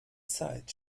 zeit